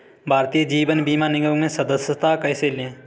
भारतीय जीवन बीमा निगम में सदस्यता कैसे लें?